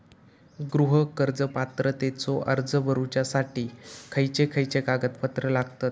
गृह कर्ज पात्रतेचो अर्ज भरुच्यासाठी खयचे खयचे कागदपत्र लागतत?